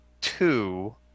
two